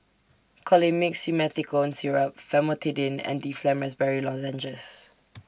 Colimix Simethicone Syrup Famotidine and Difflam Raspberry Lozenges